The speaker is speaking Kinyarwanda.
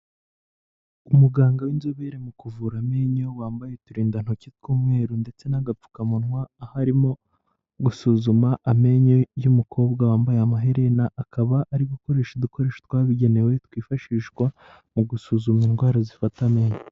Umuganga w'inzobere mu kuvura amenyo wambaye uturindantoki tw'umweru ndetse n'agapfukamunwa, aharimo gusuzuma amenyo y'umukobwa wambaye amaherena, akaba ari gukoresha udukoresho twabigenewe twifashishwa mu gusuzuma indwara zifata amenyo.